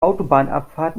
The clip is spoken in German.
autobahnabfahrt